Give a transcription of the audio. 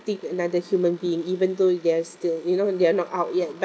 another human being even though they're still you know they they're not out yet but